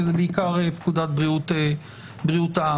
שזה בעיקר פקודת בריאות העם.